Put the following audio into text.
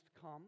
come